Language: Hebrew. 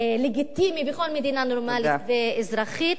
לגיטימי בכל מדינה נורמלית ואזרחית,